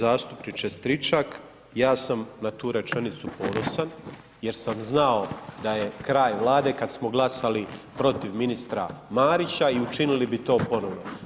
Poštovani zastupniče Stričak, ja sam na tu rečenicu ponosan jer sam znao da je kraj Vlade kada smo glasali protiv ministra Marića i učinili bi to ponovno.